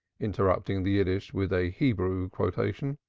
interrupting the yiddish with a hebrew quotation.